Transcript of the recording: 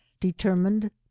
determined